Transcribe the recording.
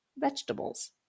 vegetables